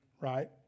right